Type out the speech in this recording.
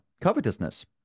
covetousness